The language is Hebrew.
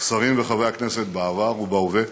שרים וחברי הכנסת בעבר ובהווה,